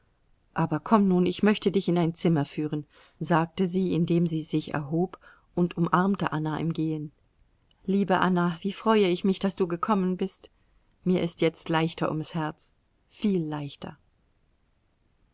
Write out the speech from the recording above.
aber komm nun ich möchte dich in dein zimmer führen sagte sie indem sie sich erhob und umarmte anna im gehen liebe anna wie freue ich mich daß du gekommen bist mir ist jetzt leichter ums herz viel leichter